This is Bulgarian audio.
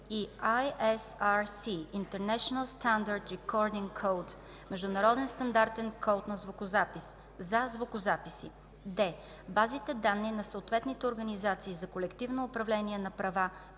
и ISRC (International Standard Recording Code – Международен стандартен код на звукозапис) за звукозаписи; д) базите данни на съответните организации за колективно управление на права,